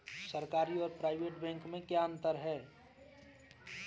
सरकारी और private bank में क्या अंतर है?